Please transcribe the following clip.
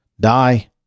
die